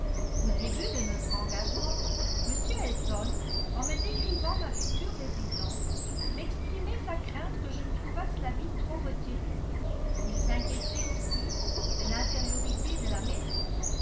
au début de notre engagement m elton en me décrivant ma future résidence m'exprimait sa crainte que je ne trouvasse la vie trop retirée il s'inquiétait aussi de l'infériorité de la maison